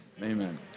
Amen